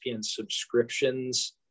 subscriptions